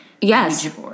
Yes